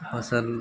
फसल